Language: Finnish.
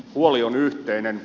huoli on yhteinen